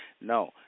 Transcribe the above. No